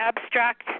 abstract